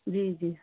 जी जी